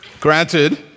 granted